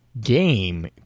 game